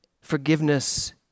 Forgiveness